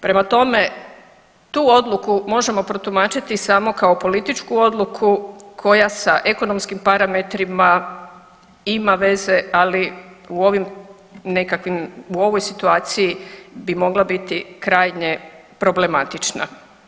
Prema tome, tu odluku možemo protumačiti samo kao političku odluku koja sa ekonomskim parametrima ima veze, ali u ovim nekakvim, u ovoj situaciji bi mogla biti krajnje problematična.